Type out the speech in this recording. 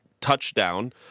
touchdown